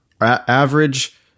average